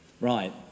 right